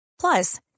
Plus